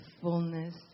fullness